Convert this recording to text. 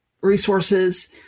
resources